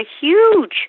huge